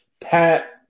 Pat